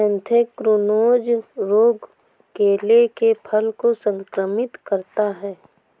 anthracnose रोग केले के फल को संक्रमित करता है